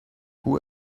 who